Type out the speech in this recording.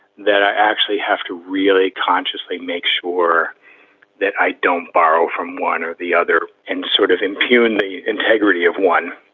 that i actually have to really consciously make sure that i don't borrow from one or the other and sort of impugn the integrity of one,